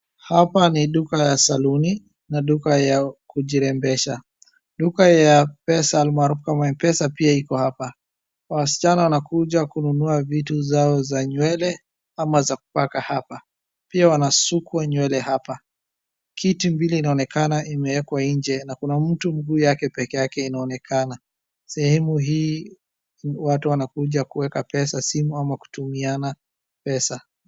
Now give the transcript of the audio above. Hapa ni duka la saluni na duka ya kujirembesha. Duka ya pesa ama mpesa pia iko hapa. Wasichana wanakuja kununua vitu zao za nywele ama za kupaka hapa. Pia wanasukwa nywele hapa. Kiti vile inaonekana wameweka nje na kuna mtu mguu yake peke yake inaonekana. Sehemu hii watu wanakuja kuweka pesa simu ama kutumiana pesa.